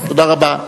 תודה רבה.